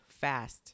fast